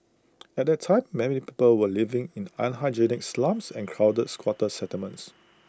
at that time many people were living in unhygienic slums and crowded squatter settlements